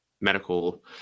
medical